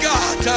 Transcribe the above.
God